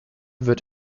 wird